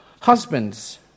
husbands